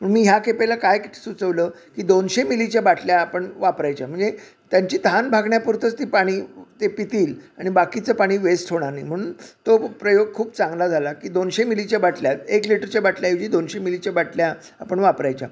म्हणून मी ह्या खेपेला काय सुचवलं की दोनशे मिलीच्या बाटल्या आपण वापरायच्या म्हणजे त्यांची तहान भागण्यापुरतच ती पाणी ते पितील आणि बाकीचं पाणी वेस्ट होणार नाही म्हणून तो प्रयोग खूप चांगला झाला की दोनशे मिलीच्या बाटल्यात एक लिटरच्या बाटल्याऐवजी दोनशे मिलीच्या बाटल्या आपण वापरायच्या